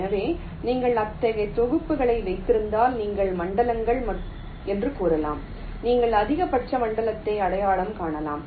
எனவே நீங்கள் அத்தகைய தொகுப்புகளை வைத்திருந்தால் நீங்கள் மண்டலங்கள் என்று கூறலாம் நீங்கள் அதிகபட்ச மண்டலத்தை அடையாளம் காணலாம்